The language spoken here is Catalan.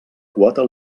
quota